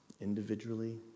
individually